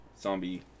Zombie